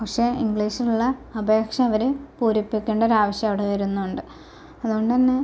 പക്ഷെ ഇംഗ്ലീഷിലുള്ള അപേക്ഷ അവര് പുരിപ്പിക്കണ്ട ഒരാവശ്യം അവിടെ വരുന്നുണ്ട് അതുകൊണ്ട് തന്നെ